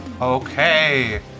Okay